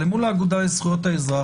למול האגודה לזכויות האזרח,